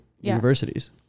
universities